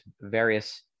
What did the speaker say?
various